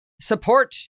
support